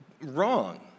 wrong